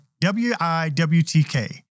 WIWTK